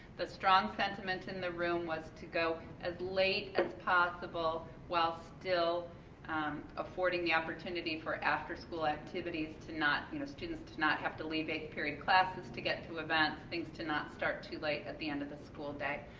the strong sentiment in the room was to go as late as possible while still affording the opportunity for after school activities for you know students to not have to leave eight period classes to get to events, things to not start too late at the end of the school day.